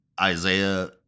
Isaiah